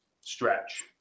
stretch